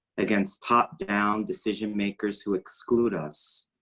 against top-down decision-makers who exclude us,